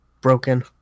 broken